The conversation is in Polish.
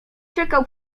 czekał